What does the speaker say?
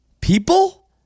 people